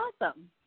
awesome